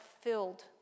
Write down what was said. filled